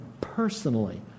personally